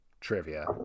trivia